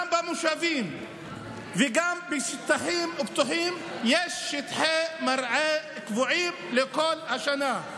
וגם במושבים וגם בשטחים פתוחים יש שטחי מרעה קבועים לכל השנה,